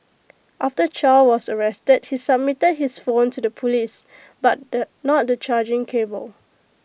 after chow was arrested he submitted his phone to the Police but the not the charging cable